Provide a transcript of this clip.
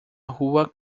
rua